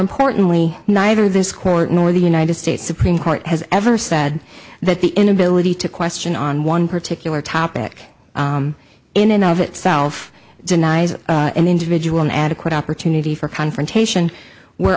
importantly neither this court nor the united states supreme court has ever said that the inability to question on one particular topic in and of itself denies an individual an adequate opportunity for confrontation where